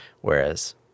whereas